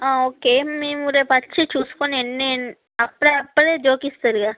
okay మేము రేపచ్చి చూసుకొని ఎన్ని ఎన్ని అప్పుడే అప్పుడే చూపిస్తారు కదా